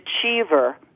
achiever